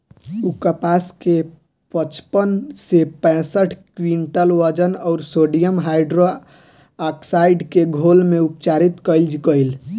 उ कपास के पचपन से पैसठ क्विंटल वजन अउर सोडियम हाइड्रोऑक्साइड के घोल में उपचारित कइल गइल